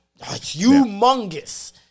humongous